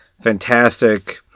fantastic